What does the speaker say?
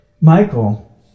Michael